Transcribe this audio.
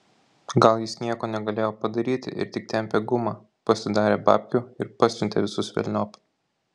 gal jis nieko negalėjo padaryti ir tik tempė gumą pasidarė babkių ir pasiuntė visus velniop